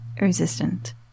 resistant